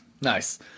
nice